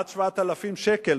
עד 7,000 שקל.